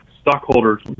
stockholder's